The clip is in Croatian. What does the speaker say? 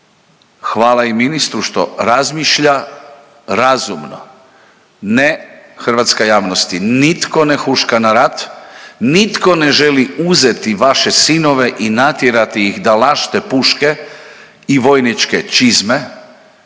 hvala i ministru što razmišlja razumno, ne hrvatska javnosti nitko ne huška na rat, nitko ne želi uzeti vaše sinove i natjerati ih da lašte puške i vojničke čizme,